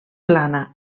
plana